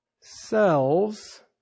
selves